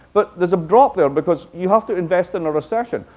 but there's a drop there, because you have to invest in a recession.